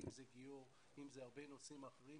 אם זה גיור אם אלה הרבה נושאים אחרים,